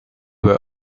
were